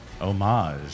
homage